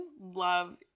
love